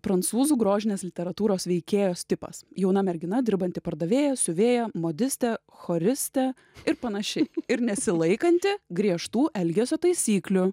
prancūzų grožinės literatūros veikėjos tipas jauna mergina dirbanti pardavėja siuvėja modistė choristė ir panašiai ir nesilaikanti griežtų elgesio taisyklių